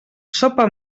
sopa